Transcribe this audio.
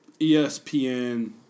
ESPN